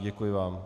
Děkuji vám.